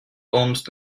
almost